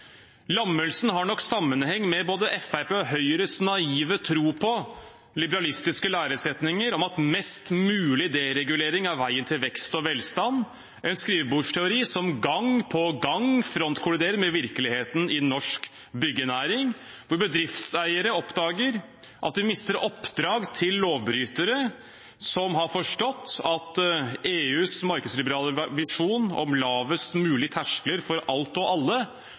Lammelsen har nok sammenheng med både Fremskrittspartiets og Høyres naive tro på liberalistiske læresetninger om at mest mulig deregulering er veien til vekst og velstand – en skrivebordsteori som gang på gang frontkolliderer med virkeligheten i norsk byggenæring, hvor bedriftseiere oppdager at de mister oppdrag til lovbrytere som har forstått at EUs markedsliberale visjon om lavest mulige terskler for alt og alle